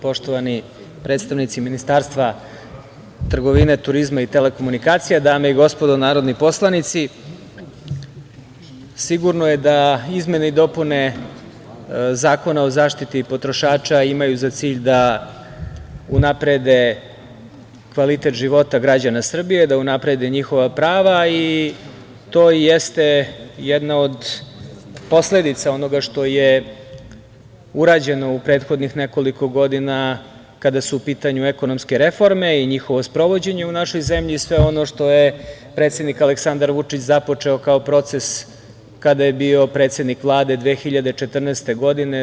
Poštovani predstavnici Ministarstva trgovine, turizma i telekomunikacija, dame i gospodo narodni poslanici, sigurno je da izmene i dopune Zakona o zaštiti potrošača imaju za cilj da unaprede kvalitet života građana Srbije, da unaprede njihova prava, i to jeste jedna od posledica onoga što je urađeno u prethodnih nekoliko godina kada su u pitanju ekonomske reforme i njihovo sprovođenje u našoj zemlji i sve ono što je predsednik Aleksandar Vučić započeo kao proces kada je bio predsednik vlade 2014. godine.